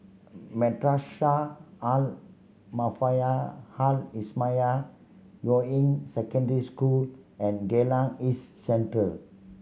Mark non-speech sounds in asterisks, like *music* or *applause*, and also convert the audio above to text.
Madrasah Al *unintelligible* Al Islamiah Yuying Secondary School and Geylang East Central